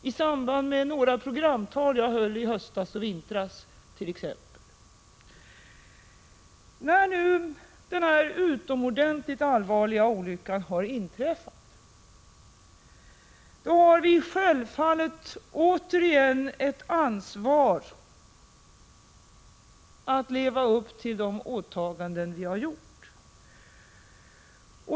i samband med några programtal som jag höll i höstas och i vintras. När nu denna utomordentligt allvarliga olycka har inträffat, så har vi självfallet återigen ansvar för att leva upp till de åtaganden vi har gjort.